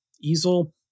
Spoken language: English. easel